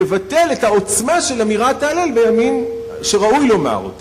לבטל את העוצמה של אמירת ההלל בימים שראוי לומר אותה